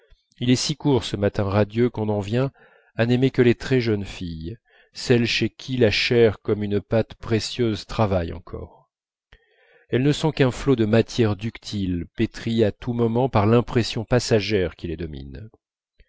il est si court ce matin radieux qu'on en vient à n'aimer que les très jeunes filles celles chez qui la chair comme une pâte précieuse travaille encore elles ne sont qu'un flot de matière ductile pétrie à tout moment par l'impression passagère qui les domine